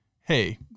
hey